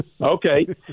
Okay